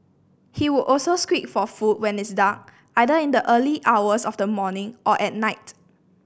he would also squeak for food when it's dark either in the early hours of the morning or at night